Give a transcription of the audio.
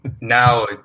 now